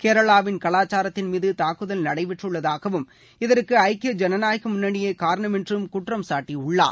கேரளாவின் கவாச்சாரத்தின் மீது தாக்குதல் நடைபெற்றுள்ளதாகவும் இதற்கு ஐக்கிய ஐஐநாயக முன்னணியே காரணம் என்றும் குற்றம்சாட்டியுள்ளார்